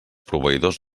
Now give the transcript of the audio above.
proveïdors